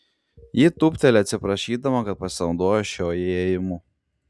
ji tūpteli atsiprašydama kad pasinaudojo šiuo įėjimu